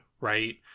right